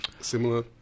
similar